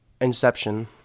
Inception